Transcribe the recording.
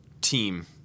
team